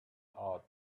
out